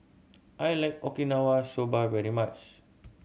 I like Okinawa Soba very much